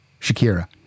Shakira